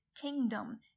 kingdom